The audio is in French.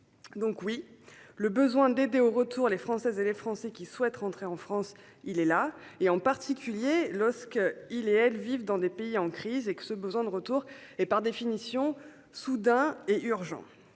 locative. Le besoin d'aider au retour des Françaises et Français qui souhaitent rentrer en France existe donc bel et bien, en particulier lorsqu'ils et elles vivent dans des pays en crise et que ce besoin de retour est, par définition, soudain et urgent.